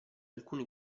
alcuni